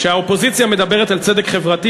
כשהאופוזיציה מדברת על צדק חברתי,